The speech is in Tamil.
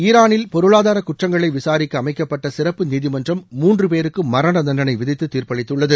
ஈரானில் பொருளாதார குற்றங்களை விசாரிக்க அமைக்கப்பட்ட சிறப்பு நீதிமன்றம் மூன்று பேருக்கு மரண தண்டனை விதித்து தீர்ப்பளித்துள்ளது